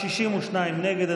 62 נגד.